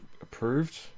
approved